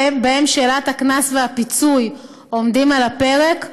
במקרים שבהם שאלת הקנס והפיצוי עומדת על הפרק מוצגות,